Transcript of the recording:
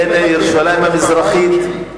בין ירושלים המזרחית,